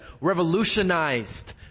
revolutionized